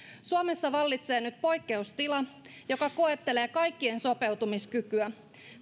suomessa vallitsee nyt poikkeustila joka koettelee kaikkien sopeutumiskykyä